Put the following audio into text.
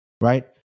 Right